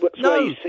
No